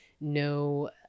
no